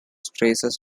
traces